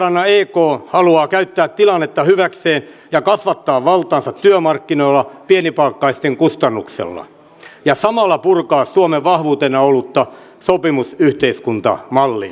etelärannan ek haluaa käyttää tilannetta hyväkseen ja kasvattaa valtaansa työmarkkinoilla pienipalkkaisten kustannuksella ja samalla purkaa suomen vahvuutena ollutta sopimusyhteiskuntamallia